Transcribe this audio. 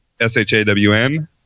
S-H-A-W-N